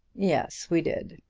yes, we did.